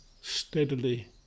steadily